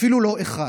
אפילו לא אחד.